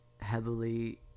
heavily